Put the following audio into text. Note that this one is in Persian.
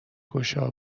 گشا